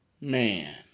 man